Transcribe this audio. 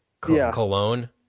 Cologne